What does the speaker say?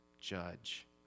judge